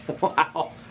Wow